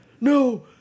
No